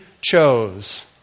chose